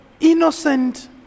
innocent